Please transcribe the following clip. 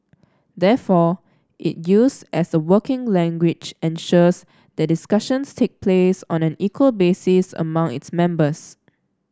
therefore it use as a working language ensures that discussions take place on an equal basis among its members